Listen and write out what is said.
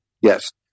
Yes